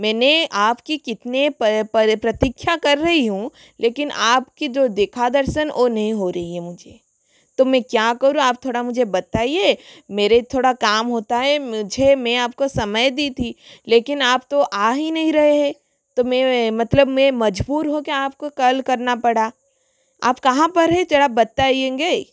मैंने आपकी कितने प्रतीक्षा कर रई हूँ लेकिन आपके जो देखा दर्शन वो नहीं हो रही है मुझे तो मैं क्या करूँ आप थोड़ा मुझे बताइए मेरे थोड़ा काम होता हे मुझे मैं आपको समय दी थी लेकिन आप तो आ ही नहीं रहे तो मैं मतलब मैं मजबूर होके आपको कल करना पड़ा आप कहाँ पर हैं जरा बताइएगा